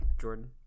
Jordan